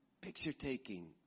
picture-taking